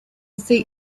see